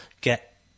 get